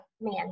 man